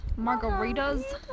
margaritas